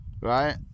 right